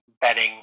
betting